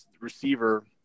receiver